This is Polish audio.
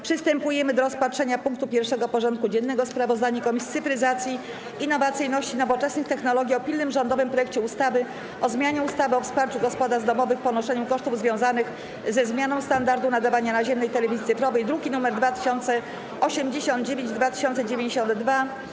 Przystępujemy do rozpatrzenia punktu 1. porządku dziennego: Sprawozdanie Komisji Cyfryzacji, Innowacyjności i Nowoczesnych Technologii o pilnym rządowym projekcie ustawy o zmianie ustawy o wsparciu gospodarstw domowych w ponoszeniu kosztów związanych ze zmianą standardu nadawania naziemnej telewizji cyfrowej (druki nr 2089 i 2092)